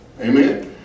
Amen